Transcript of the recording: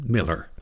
Miller